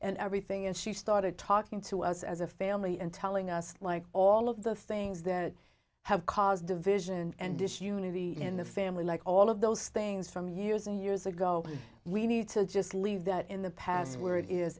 and everything and she started talking to us as a family and telling us like all of the things that have caused division and disunity in the family like all of those things from years and years ago we need to just leave that in the past where it is